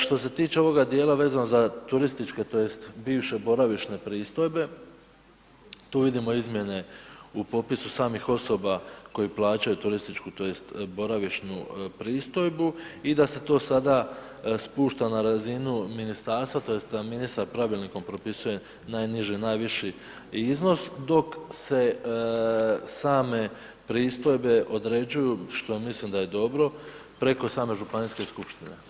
Što se tiče ovoga dijela vezano za turističke tj. bivše boravišne pristojbe tu vidimo izmjene u popisu samih osoba koji plaćaju turističku tj. boravišnu pristojbu i da se to sada spušta na razinu ministarstva tj. da ministar pravilnikom propisuje najniži i najviši iznos dok se same pristojbe određuju što ja mislim da je dobro preko same županijske skupštine.